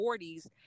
40s